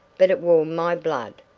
but it warmed my blood,